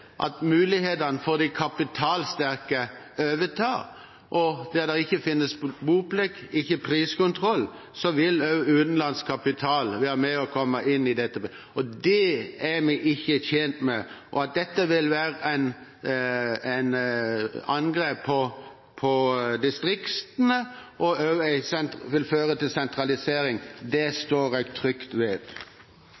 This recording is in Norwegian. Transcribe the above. en mulighetene for at de kapitalsterke overtar, og der det ikke finnes boplikt, ikke priskontroll, vil også utenlandsk kapital være med og komme inn i dette. Det er vi ikke tjent med. Og at dette vil være et angrep på distriktene og også vil føre til sentralisering,